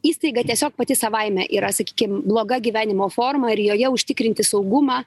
įstaiga tiesiog pati savaime yra sakykim bloga gyvenimo forma ir joje užtikrinti saugumą